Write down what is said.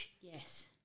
Yes